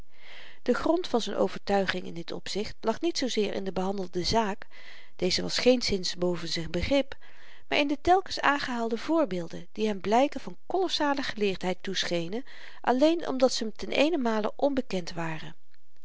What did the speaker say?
de grond van z'n overtuiging in dit opzicht lag niet zoozeer in de behandelde zaak deze was geenszins boven z'n begrip maar in de telkens aangehaalde voorbeelden die hem blyken van kolossale geleerdheid toeschenen alleen omdat z'm ten eenen male onbekend waren